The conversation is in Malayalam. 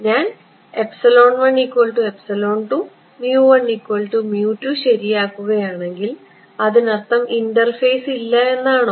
ഞാൻ ശരിയാക്കുകയാണെങ്കിൽ അതിനർത്ഥം ഇന്റർഫേസ് ഇല്ല എന്നാണോ